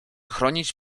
chronić